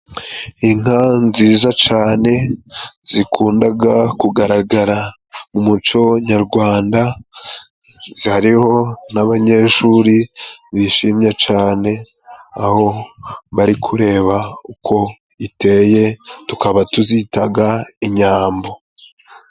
Inka nziza cane zikundaga kugaragara mu muco nyarwanda ,zariho n'abanyeshuri bishimye cane aho bari kureba uko iteye, tukaba tuzitaga inyambo.